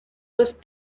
was